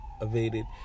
evaded